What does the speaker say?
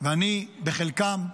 ואני בחלקם,